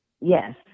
Yes